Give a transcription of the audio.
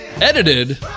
Edited